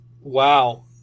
Wow